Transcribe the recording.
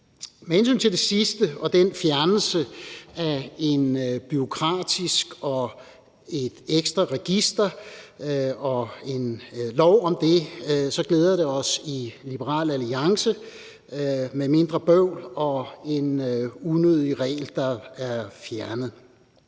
Med hensyn til det sidste og fjernelsen af noget bureaukrati og et ekstra register og en lov om det glæder det os i Liberal Alliance, at der bliver mindre bøvl, og at en unødig regel bliver fjernet.